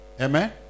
amen